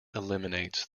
eliminates